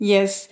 Yes